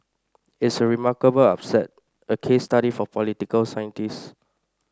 it's a remarkable upset a case study for political scientists